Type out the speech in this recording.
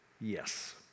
yes